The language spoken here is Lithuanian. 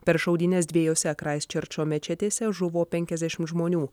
per šaudynes dviejose kraisčerčo mečetėse žuvo penkiasdešim žmonių